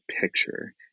picture